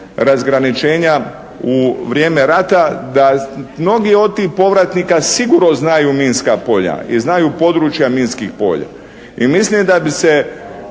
razgraničenja u vrijeme rata da mnogi od tih povratnika sigurno znaju minska polja i znaju područja minskih polja. I mislim da bi se